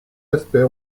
aspect